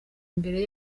imbere